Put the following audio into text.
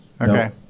Okay